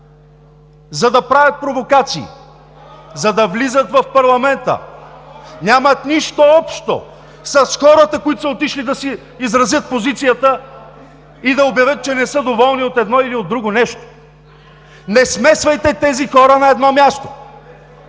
за да правят провокации и за да влизат в парламента, нямат нищо общо с хората, които са отишли да изразят позицията си и да обявят, че не са доволни от едно или друго нещо! Не смесвайте тези хора на едно място!